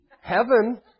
Heaven